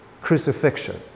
crucifixion